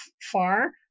far